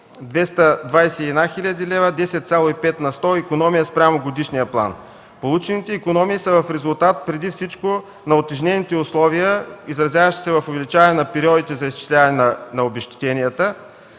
221 хил. лв. – 10,5 на сто икономия спрямо годишния план. Получените икономии са в резултат преди всичко на утежнените условия, изразяващи се в увеличаване на периодите за изчисляване на обезщетенията,